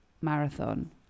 marathon